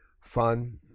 fun